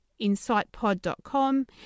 insightpod.com